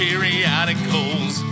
Periodicals